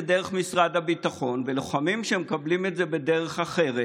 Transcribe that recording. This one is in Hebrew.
דרך משרד הביטחון ולוחמים שמקבלים את זה בדרך אחרת.